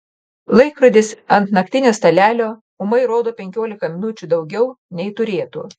laikrodis ant naktinio stalelio ūmai rodo penkiolika minučių daugiau nei turėtų